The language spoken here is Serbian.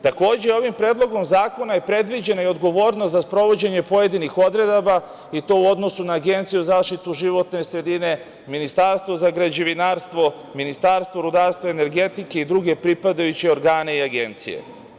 Takođe, ovim predlogom zakona je predviđena i odgovornost za sprovođenje pojedinih odredbi i to u odnosu na Agenciju za zaštitu životne sredine, Ministarstvo za građevinarstvo, Ministarstvo rudarstva i energetike i druge pripadajuće organe i agencije.